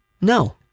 no